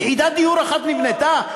יחידת דיור אחת נבנתה?